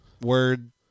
Word